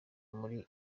muri